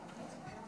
רביבו (הליכוד):